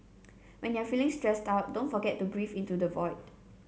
when you are feeling stressed out don't forget to breathe into the void